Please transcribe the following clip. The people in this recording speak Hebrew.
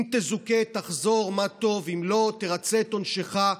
אם תזוכה, תחזור, מה טוב, אם לא, תרצה את עונשך.